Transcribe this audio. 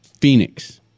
Phoenix